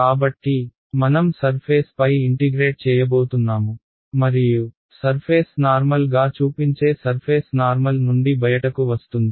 కాబట్టి మనం సర్ఫేస్ పై ఇంటిగ్రేట్ చేయబోతున్నాము మరియు సర్ఫేస్ నార్మల్ గా చూపించే సర్ఫేస్ నార్మల్ నుండి బయటకు వస్తుంది